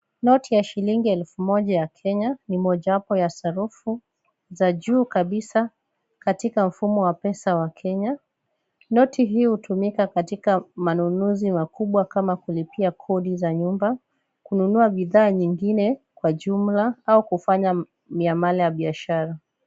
Noti ya shilingi elfu moja ya Kenya ni mojawapo ya sarufu za juu kabisa katika mfumo wa pesa wa Kenya. Noti hii hutumika katika manunuzi makubwa kama kulipia kodi za nyumba, kununua bidhaa nyingine kwa jumla au kufanya miamala ya biashara.